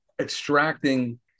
extracting